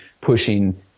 pushing